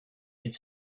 could